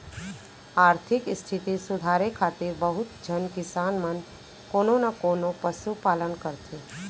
आरथिक इस्थिति सुधारे खातिर बहुत झन किसान मन कोनो न कोनों पसु पालन करथे